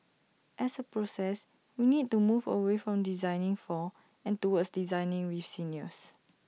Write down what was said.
as A process we need to move away from 'designing for' and towards 'designing with' seniors